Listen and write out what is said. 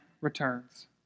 returns